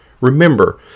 Remember